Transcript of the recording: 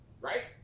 Right